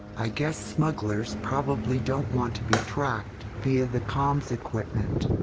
i guess smugglers probably don't want to be tracked via the comms equipment.